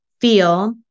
feel